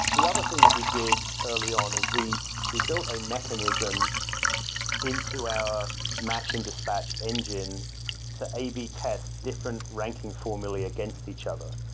the other thing that we did early on is we we built a mechanism into our match and dispatch engine to a b test different ranking formerly against each other.